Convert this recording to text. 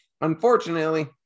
Unfortunately